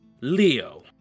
Leo